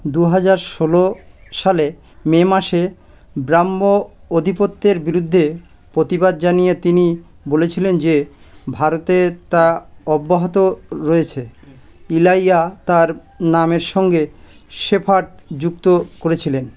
দুহাজার ষোলো সালে মে মাসে ব্রাহ্ম অধিপত্যের বিরুদ্ধে প্রতিবাদ জানিয়ে তিনি বলেছিলেন যে ভারতে তা অব্যাহত রয়েছে ইলাইয়া তাঁর নামের সঙ্গে শেফার্ড যুক্ত করেছিলেন